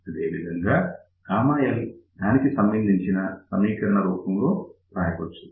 అదేవిధంగా L దానికి సంబంధించిన సమీకరణ రూపంలో రాయవచ్చు